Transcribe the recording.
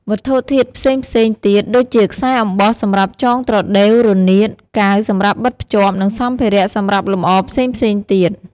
វត្ថុធាតុផ្សេងៗទៀត ដូចជាខ្សែអំបោះសម្រាប់ចងត្រដេវរនាត កាវសម្រាប់បិទភ្ជាប់ និងសម្ភារៈសម្រាប់លម្អផ្សេងៗទៀត។